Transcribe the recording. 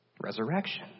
resurrection